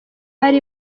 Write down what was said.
hari